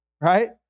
Right